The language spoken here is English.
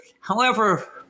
however-